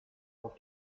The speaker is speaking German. auf